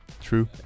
True